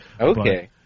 Okay